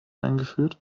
eingeführt